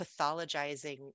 pathologizing